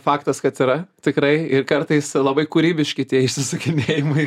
faktas kad yra tikrai ir kartais labai kūrybiški tie išsisukinėjimai